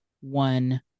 one